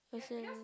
as in